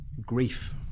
grief